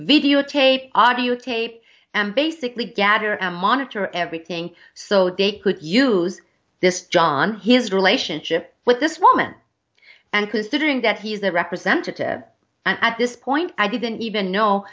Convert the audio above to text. videotape audio tape and basically gather and monitor everything so they could use this john his relationship with this woman and considering that he is the representative at this point i didn't even know